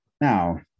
Now